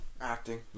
acting